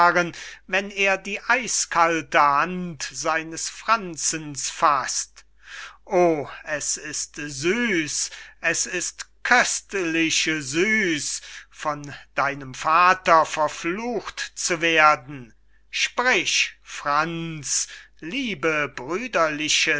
wenn er die eiskalte hand seines franzens faßt oh es ist süß es ist köstlich süß von deinem vater verflucht zu werden sprich franz liebe brüderliche